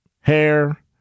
hair